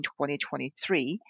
2023